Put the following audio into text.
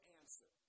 answer